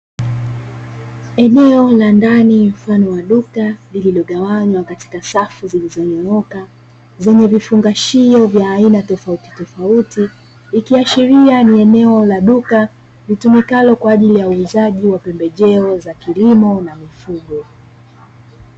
Eneo la ndani mfano wa duka lililogawanywa katika safu zilizonyooka, zenye vifungashio vya aina tofautitofauti, ikiashiria ni eneo la duka litokalo kwa ajili ya uuzaji wa pembejeo za kilimo na mifugo.